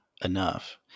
enough